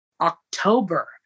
October